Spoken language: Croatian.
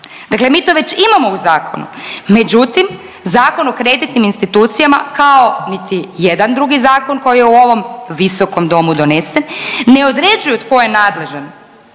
dakle mi to već imamo u zakonu, međutim Zakon o kreditnim institucijama kao niti jedan drugi zakon koji je u ovom visokom domu donesen ne određuje tko je nadležan